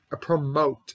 promote